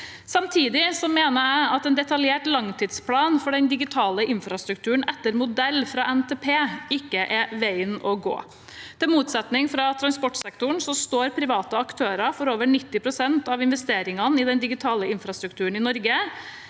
Samtidig mener jeg at en detaljert langtidsplan for den digitale infrastrukturen etter modell fra Nasjonal transportplan ikke er veien å gå. I motsetning til i transportsektoren står private aktører for over 90 pst. av investeringene i den digitale infrastrukturen i Norge.